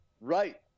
Right